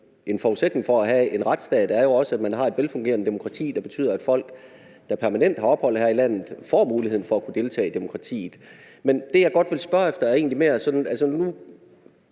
en forudsætning for at have en retsstat er jo også, at man har et velfungerende demokrati, der betyder, at folk, der permanent har ophold her i landet, får muligheden for at kunne deltage i demokratiet. Men det, jeg godt vil spørge om, er egentlig mere: